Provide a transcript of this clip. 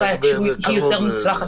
אבל מכול הדברים